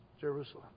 Jerusalem